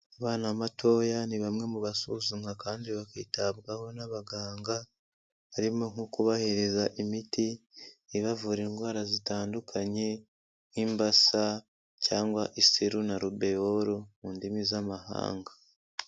Abana batoya ni bamwe mu basuzumwa kandi bakitabwaho n'abaganga, harimo nko kubahereza imiti ibavura indwara zitandukanye nk'imbasa cyangwa iseru na rubeyoru mu ndimi z'amahanga.